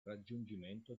raggiungimento